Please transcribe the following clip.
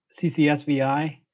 CCSVI